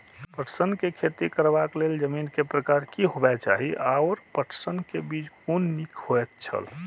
पटसन के खेती करबाक लेल जमीन के प्रकार की होबेय चाही आओर पटसन के बीज कुन निक होऐत छल?